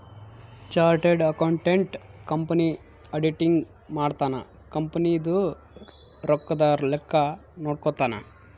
chartered accountant company auditing ಮಾಡ್ತನ company ದು ರೊಕ್ಕದ ಲೆಕ್ಕ ನೋಡ್ಕೊತಾನ